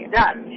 done